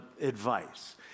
advice